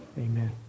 Amen